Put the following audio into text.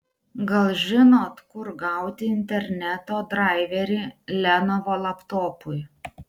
gal žinot kur gauti interneto draiverį lenovo laptopui